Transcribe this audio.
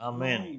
Amen